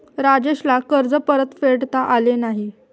राजेशला कर्ज परतफेडता आले नाही